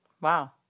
Wow